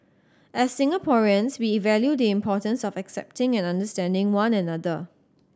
as Singaporeans we value the importance of accepting and understanding one another